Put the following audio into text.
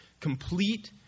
complete